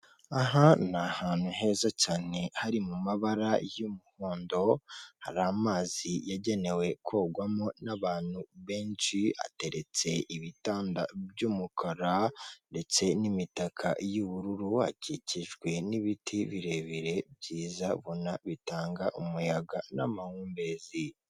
Aha ni ahantu heza cyane hari mu mabara y'umuhondo, hari amazi yagenewe kogwamo n'abantu benshi, hateretse by'umukara ndetse n'imitaka y'ubururu, hakikijwe n'ibiti birebire byiza ubona bitanga umuyaga n'amahumbezi.